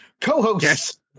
co-hosts